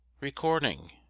Recording